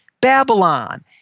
Babylon